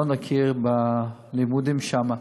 לא נכיר בלימודים שם.